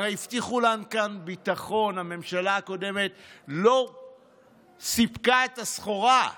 הרי הבטיחו לנו כאן ביטחון: הממשלה הקודמת לא סיפקה את הסחורה,